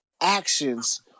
actions